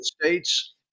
States